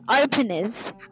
openers